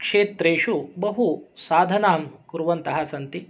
क्षेत्रेषु बहु साधनां कुर्वन्तः सन्ति